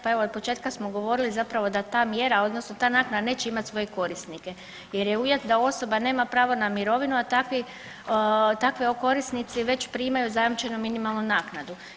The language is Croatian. Pa evo od početka smo govorili zapravo da ta mjera odnosno ta naknada neće imati svoje korisnike jer je uvjet da osoba nema pravo na mirovinu, a takvi, takvi korisnici već primaju zajamčenu minimalnu naknadu.